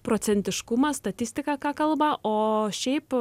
procentiškumą statistika ką kalba o šiaip